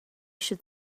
should